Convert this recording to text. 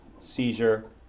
seizure